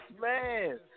man